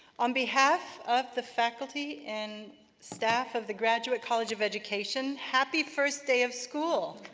on behalf of the faculty and staff of the graduate college of education, happy first day of school